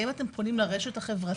האם אתם פונים לרשת החברתית